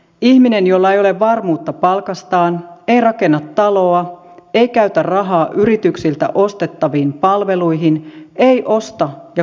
ihminen jolla ei ole varmuutta palkastaan ei rakenna taloa ei käytä rahaa yrityksiltä ostettaviin palveluihin ei osta ja kuluta